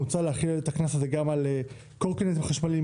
מוצע להחיל את הקנס הזה גם על קורקינטים חשמליים,